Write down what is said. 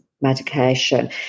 medication